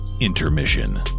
Intermission